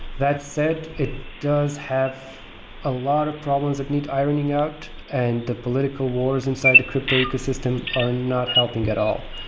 that said, it does have a lot of problems that need ironing out and the political wars inside the crypto ecosystem are not helping at all.